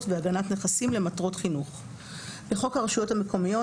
והגנת נכסים למטרות חינוך) 18. בחוק הרשויות המקומיות